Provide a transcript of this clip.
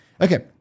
okay